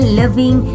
loving